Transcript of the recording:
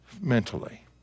mentally